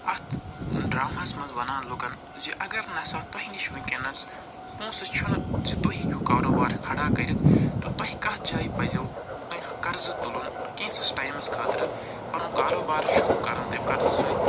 اَتھ ڈرٛامہَس منٛز ونان لُکن زِ اگر نَہ سا تۄہہِ نِش وٕنۍکٮ۪نَس پونٛسہٕ چھُنہٕ زِ تُہۍ ہیٚکِو کاروبار کھڑا کٔرِتھ تہٕ تۄہہِ کَتھ جایہِ پزیو کیٚنٛہہ قَرضہٕ تُلُن کینٛژھَس ٹایمس خٲطرٕ پنُن کاروبار شروٗع کَرُن تَمہِ قَرضہٕ سۭتۍ